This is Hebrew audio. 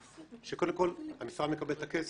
שקודם כל המשרד מקבל את הכסף,